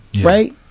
Right